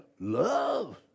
love